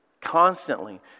Constantly